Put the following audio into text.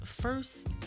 first